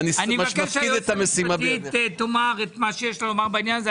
אני מבקש שהיועצת המשפטית תאמר את מה שיש לה לומר בעניין הזה.